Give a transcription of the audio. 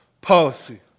policy